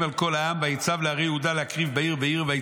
על כל העם ויצו לערי יהודה להקריב בעיר ועיר.